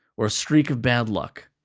or a streak of bad luck.